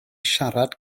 siarad